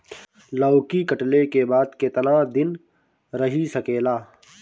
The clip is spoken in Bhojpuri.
लौकी कटले के बाद केतना दिन रही सकेला?